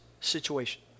situation